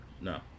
No